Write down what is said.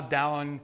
down